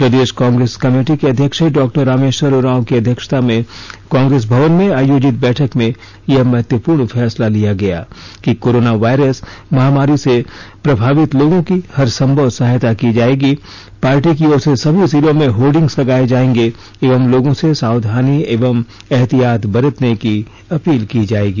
प्रदेश Congress committee के अध्यक्ष डॉ रामेश्वर उरांव की अध्यक्षता में कांग्रेस भवन में आयोजित बैठक में यह महत्वपूर्ण फैसला लिया गया कि कोरोना वायरस महामारी से प्रभावित लोगों की हर संभव सहायता की जाएगी पार्टी की ओर से सभी जिलों में होर्डिंग्स लगाये जाऐंगे एवं लोगों से सावधानी एवं ऐहतियात बरतने की अपील की जाएगी